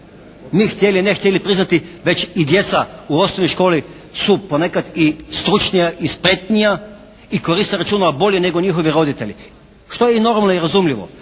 Mi htjeli ili ne htjeli priznati već i djeca u osnovnoj školi su ponekad i stručnija i spretnija i koriste računala bolje nego njihovi roditelji što je normalno i razumljivo.